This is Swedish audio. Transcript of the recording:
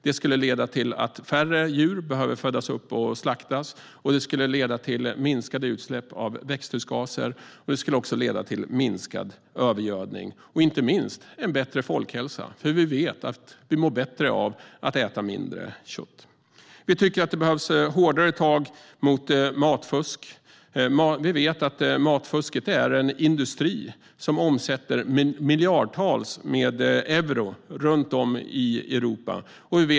Det skulle leda till att färre djur behöver födas upp och slaktas, till minskade utsläpp av växthusgaser och till minskad övergödning. Inte minst skulle det leda till en bättre folkhälsa. Vi mår bättre av att äta mindre kött. Det behövs hårdare tag mot matfusk. Matfusket är en industri som omsätter miljarder euro runt om i Europa.